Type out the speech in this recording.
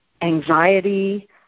anxiety